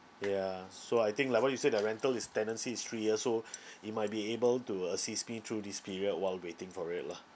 yeah so I think like what you said the rental is tenancy is three years so it might be able to assist me through this period while waiting for it lah